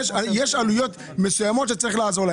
יש עלויות מסוימות שצריך לעזור לו.